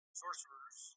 sorcerers